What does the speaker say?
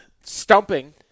stumping